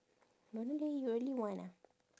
don't know leh you really want ah